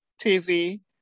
TV